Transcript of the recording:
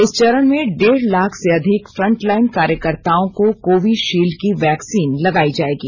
इस चरण में डेढ़ लाख से अधिक फ्रंटलाइन कार्यकर्ताओं को कोविशिल्ड की वैक्सीन लगायी जायेगी